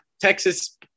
Texas